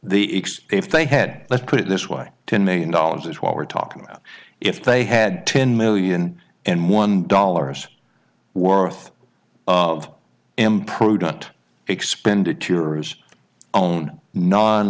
x if they had let's put it this way ten million dollars is what we're talking about if they had ten million and one dollars worth of imprudent expenditure of own non